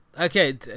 Okay